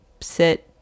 sit